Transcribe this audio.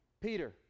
Peter